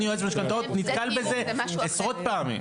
אני יועץ משכנתאות, נתקל בזה עשרות פעמים.